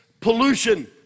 pollution